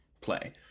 play